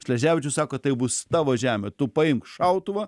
sleževičius sako tai bus tavo žemė tu paimk šautuvą